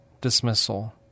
dismissal